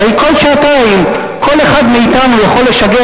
הרי כל שעתיים כל אחד מאתנו יכול לשגר